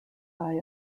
thai